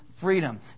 Freedom